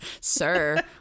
sir